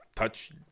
Touch